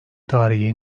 tarihi